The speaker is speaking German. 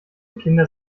kinder